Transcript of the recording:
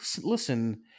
listen